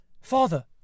Father